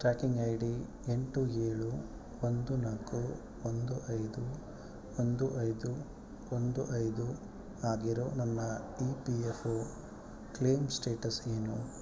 tracking I D ಎಂಟು ಏಳು ಒಂದು ನಾಲ್ಕು ಒಂದು ಐದು ಒಂದು ಐದು ಒಂದು ಐದು ಆಗಿರೋ ನನ್ನ E P F O claim status ಏನು